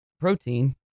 protein